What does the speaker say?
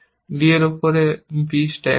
d এর উপর b stack হবে